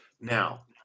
Now